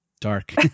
dark